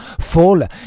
Fall